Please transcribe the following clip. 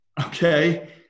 okay